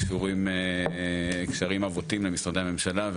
קשורים קשרים עבותים למשרדי הממשלה,